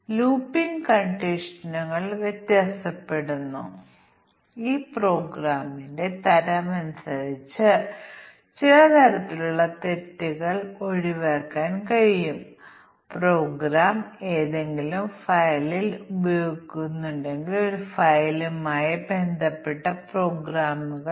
നിക്ഷേപം 1 വർഷത്തിൽ കുറവാണെങ്കിൽ ഇവയാണ് വ്യത്യസ്ത ഇൻപുട്ടുകൾ നിക്ഷേപം 1 വർഷത്തിൽ കുറവാണ് നിക്ഷേപം 1 വർഷത്തിനും 3 വർഷത്തിനും ഇടയിലാണ് നിക്ഷേപം 3 വർഷത്തിൽ കൂടുതലാണ് നിക്ഷേപം ഒരു ലക്ഷത്തിൽ താഴെയാണ് നിക്ഷേപം 1 ലക്ഷത്തിൽ കൂടുതലാണ് അതിനാൽ ഇവയെല്ലാം ഇൻപുട്ട് കാരണങ്ങളാണ്